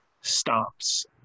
stops